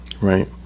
Right